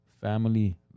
family